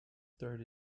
third